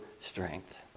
strength